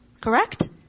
Correct